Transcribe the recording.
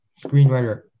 screenwriter